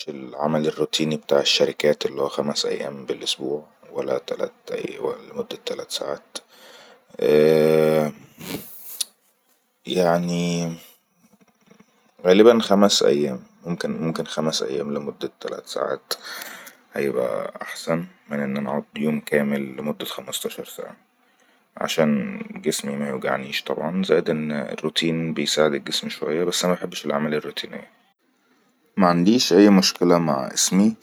محبش العمل الروتيني بتاع الشركات اللهو خمس أيام بالسبوع ولا تلت أيام لمدة تلت ساعات يعني غالبن خمس ايام ممكن خمس أيام لمدة تلت ساعات هاي بقى أحسن من أن نعض يوم كامل لمدة خمستاشر ساعه عشان جسمي مايوجعنيش طبعن زايزائد الروتين بيساعد الجسم شوية بس ما أحبش الاعما ل الروتينيه معنديش اي مشكله مع اسمي